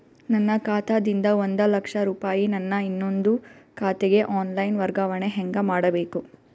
ನನ್ನ ಖಾತಾ ದಿಂದ ಒಂದ ಲಕ್ಷ ರೂಪಾಯಿ ನನ್ನ ಇನ್ನೊಂದು ಖಾತೆಗೆ ಆನ್ ಲೈನ್ ವರ್ಗಾವಣೆ ಹೆಂಗ ಮಾಡಬೇಕು?